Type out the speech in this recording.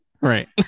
Right